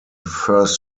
first